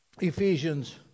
Ephesians